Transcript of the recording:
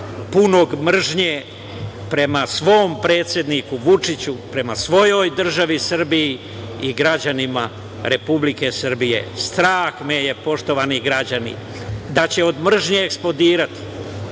punog mržnje prema svom predsedniku Vučiću, prema svojoj državi Srbiji i građanima Srbije. Strah me je, poštovani građani, da će od mržnje eksplodirati.